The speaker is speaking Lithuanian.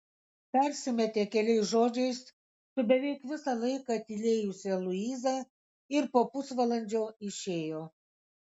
persimetė keliais žodžiais su beveik visą laiką tylėjusia luiza ir po pusvalandžio išėjo